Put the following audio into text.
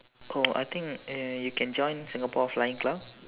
oh I think uh you can join Singapore flying club